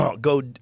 go